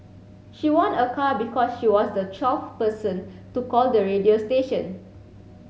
she won a car because she was the twelfth person to call the radio station